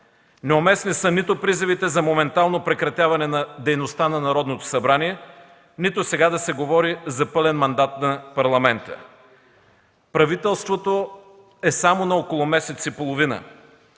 Неуместни са нито призивите за моментално прекратяване на дейността на Народното събрание, нито сега да се говори за пълен мандат на Парламента. Правителството е само на около месец и половина.